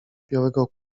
białego